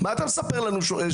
מה אתה מספר לנו שטויות?